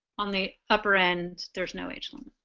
on the upper end there's no age um